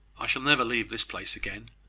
i shall never leave this place again,